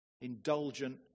indulgent